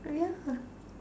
!aiya!